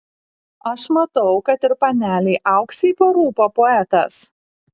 aš matau kad ir panelei auksei parūpo poetas